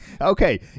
Okay